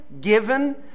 given